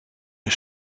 een